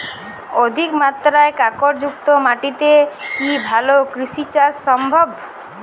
অধিকমাত্রায় কাঁকরযুক্ত মাটিতে কি ভালো কৃষিকাজ সম্ভব?